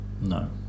no